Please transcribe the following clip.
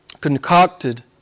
concocted